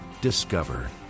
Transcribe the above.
Discover